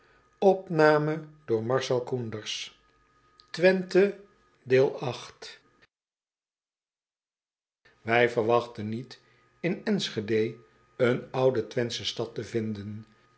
omhoog ij verwachten niet in nschede eene oude wenthsche stad te vinden